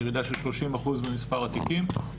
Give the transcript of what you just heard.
ירידה של 30 אחוז במספר התיקים,